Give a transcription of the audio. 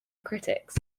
critics